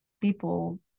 people